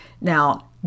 Now